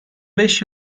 beş